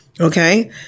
Okay